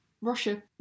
Russia